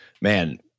man